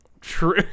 true